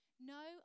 No